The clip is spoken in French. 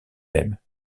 mêmes